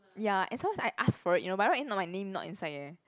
ya and some more is I ask for it you know by right if not my name not inside eh